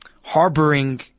harboring